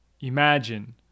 Imagine